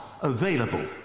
available